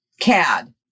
CAD